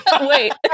Wait